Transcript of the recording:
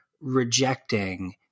rejecting